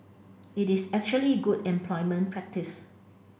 it is actually good employment practice